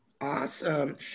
Awesome